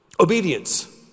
obedience